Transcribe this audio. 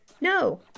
no